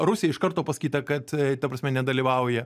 rusija iš karto pasakyta kad ta prasme nedalyvauja